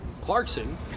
Clarkson